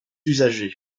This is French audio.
usagers